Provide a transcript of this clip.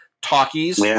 talkies